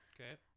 Okay